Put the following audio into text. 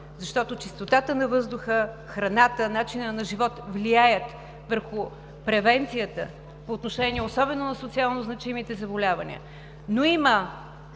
защото чистотата на въздуха, храната, начина на живот, влияят върху превенцията по отношение особено на социалнозначимите заболявания, но има